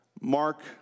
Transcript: Mark